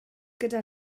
gyda